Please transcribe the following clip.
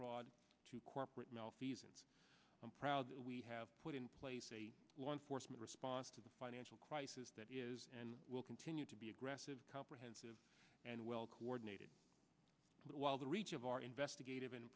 fraud to corporate malfeasance i'm proud that we have put in place a law enforcement response to the financial crisis that is and will continue to be aggressive comprehensive and well coordinated but while the reach of our investigative and